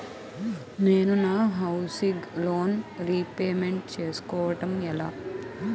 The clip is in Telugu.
నేను నా హౌసిగ్ లోన్ రీపేమెంట్ చేసుకోవటం ఎలా?